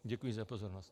Děkuji za pozornost.